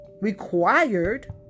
required